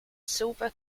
silver